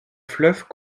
fleuve